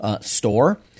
store